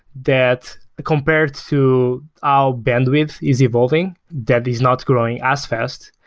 that compared to our bandwidth is evolving that is not growing as fast.